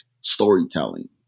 storytelling